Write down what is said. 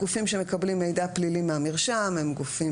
הגופים שמקבלים מידע פלילי מהמרשם הם גופים